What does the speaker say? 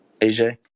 AJ